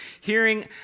hearing